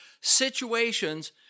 situations